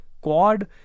quad